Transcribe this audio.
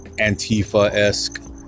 antifa-esque